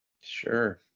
Sure